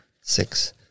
Six